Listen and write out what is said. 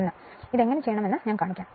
1 ഇത് എങ്ങനെ ചെയ്യാമെന്ന് ഞാൻ കാണിക്കും